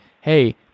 hey